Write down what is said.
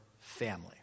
family